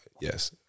Yes